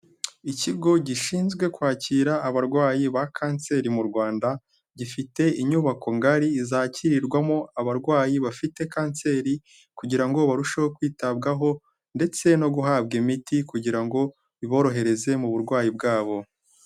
Ikigo gishinzwe kwakira abarwayi ba Kanseri mu Rwanda, gifite inyubako ngari zakirirwamo abarwayi bafite Kanseri kugira ngo barusheho kwitabwaho ndetse no guhabwa imiti kugira ngo iborohereze mu burwayi bwabo.